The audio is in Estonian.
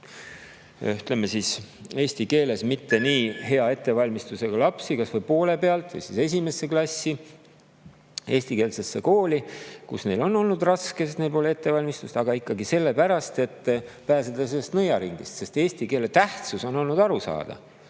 viinud oma eesti keeles mitte nii hea ettevalmistusega lapsi kas või poole pealt esimesse klassi eestikeelsesse kooli, kus neil on olnud raske, sest neil pole ettevalmistust. Aga nad tahavad pääseda sellest nõiaringist. Sest eesti keele tähtsus on olnud arusaadav.